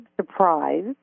surprise